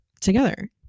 together